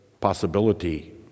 possibility